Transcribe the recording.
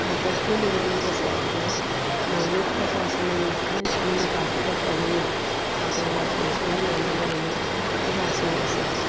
ꯃꯀꯣꯛ ꯊꯣꯡꯕ ꯉꯝꯂꯤꯕꯁꯦ ꯑꯩꯅ ꯃꯥꯒꯤ ꯑꯣꯖꯥꯁꯤꯡꯅ ꯅꯤꯡꯊꯤꯅ ꯇꯝꯕꯤ ꯇꯥꯛꯄꯤꯔꯛꯄꯒꯤꯅꯤ ꯍꯥꯏꯕꯩ ꯋꯥꯈꯟꯁꯤꯒ ꯂꯣꯏꯅꯅ ꯑꯩꯅ ꯑꯣꯖꯥꯁꯤꯡ ꯑꯁꯦ